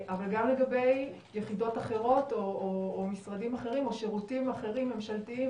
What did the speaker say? אבל גם לגבי יחידות אחרות או משרדים אחרים או שירותים אחרים ממשלתיים